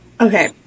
Okay